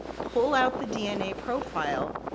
pull out the dna profile,